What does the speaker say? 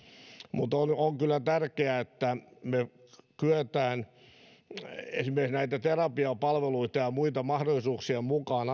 mutta on kyllä tärkeää että me kykenemme esimerkiksi näitä terapiapalveluita ja muita mahdollisuuksien mukaan